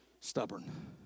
stubborn